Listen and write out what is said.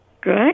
Good